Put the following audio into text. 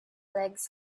legs